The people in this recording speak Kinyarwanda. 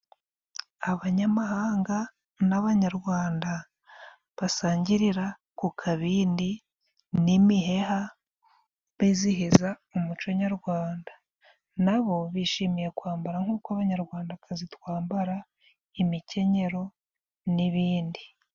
Abanyamahanga n'abanyarwanda basangirira ku kabindi n'imiheha bizihiza umuco nyarwanda, nabo bishimiye kwambara nk'uko abanyarwandakazi twambara imikenyero n'ibindi.